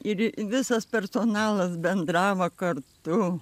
ir visas personalas bendravo kartu